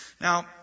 Now